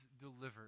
delivered